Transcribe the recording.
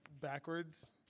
backwards